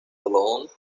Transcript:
alone